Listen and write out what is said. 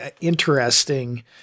interesting